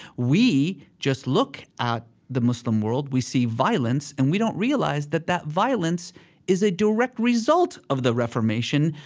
we just look at the muslim world. we see violence, and we don't realize that that violence is a direct result of the reformation,